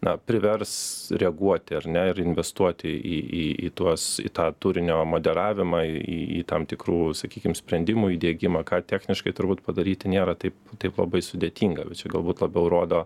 na privers reaguoti ar ne ir investuoti į į į tuos į tą turinį o moderavimą į į į tam tikrų sakykim sprendimų įdiegimą ką techniškai turbūt padaryti nėra taip taip labai sudėtinga visi galbūt labiau rodo